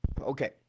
Okay